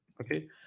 okay